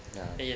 ya